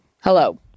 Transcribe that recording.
Hello